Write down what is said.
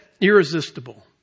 irresistible